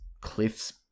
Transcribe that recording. Cliff's